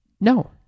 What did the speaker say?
no